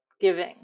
giving